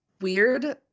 weird